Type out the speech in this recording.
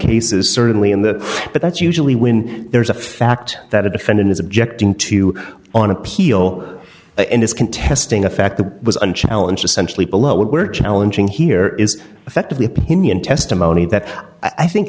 cases certainly in the but that's usually when there's a fact that a defendant is objecting to on appeal in this contesting a fact that was unchallenged essentially below what we're challenging here is effectively opinion testimony that i think